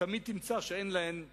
שתמיד תמצא שאין להן בסיס,